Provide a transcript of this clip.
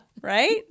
right